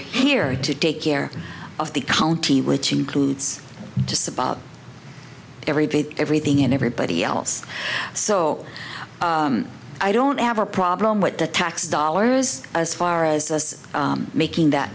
here to take care of the county which includes to supply every bit everything and everybody else so i don't have a problem with the tax dollars as far as us making that